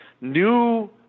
new